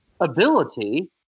ability